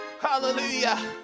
hallelujah